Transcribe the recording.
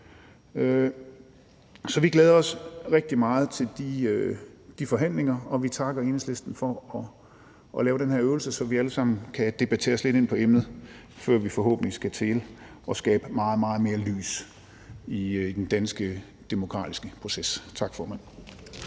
Så vi glæder os rigtig meget til de forhandlinger, og vi takker Enhedslisten for at lave den her øvelse, så vi alle sammen kan debattere os lidt ind på emnet, før vi forhåbentlig skal til at skabe meget, meget mere lys i den danske demokratiske proces. Tak, formand.